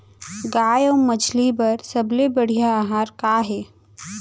गाय अऊ मछली बर सबले बढ़िया आहार का हे?